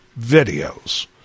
videos